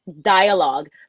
Dialogue